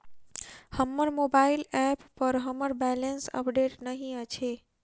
हमर mobile app पर हमर बैलेंस अपडेट नहि अछि